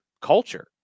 culture